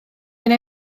yna